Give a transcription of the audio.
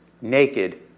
naked